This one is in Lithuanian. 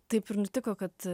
taip ir nutiko kad